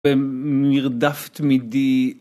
הם מרדף תמדי.